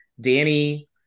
Danny